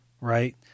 right